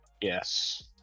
yes